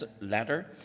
letter